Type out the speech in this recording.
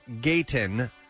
Gayton